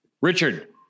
richard